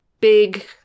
big